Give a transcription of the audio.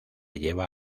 lleva